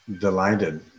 delighted